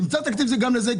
תמצא תקציב גם לזה,